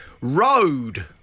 Road